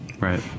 Right